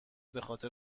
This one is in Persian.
بخاطر